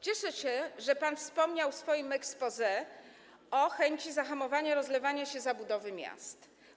Cieszę się, że pan wspomniał w swoim exposé o chęci zahamowania rozlewania się zabudowy miast.